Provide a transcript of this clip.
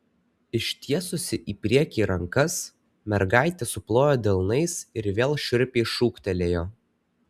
ištiesusi į priekį rankas mergaitė suplojo delnais ir vėl šiurpiai šūktelėjo